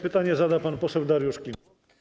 Pytanie zada pan poseł Dariusz Klimczak.